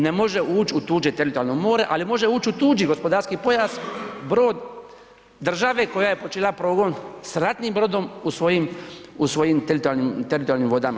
Ne može ući u tuđe teritorijalno more ali može u tuđi gospodarski pojas, brod države koja je počinila progon sa ratnim brodom u svojim teritorijalnim vodama.